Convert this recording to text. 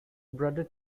brother